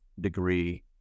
degree